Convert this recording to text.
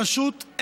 שהרשות,